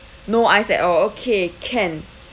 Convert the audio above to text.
no ice at all okay can